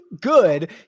good